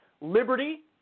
liberty